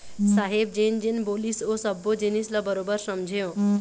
साहेब जेन जेन बोलिस ओ सब्बो जिनिस ल बरोबर समझेंव